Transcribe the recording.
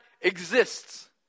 exists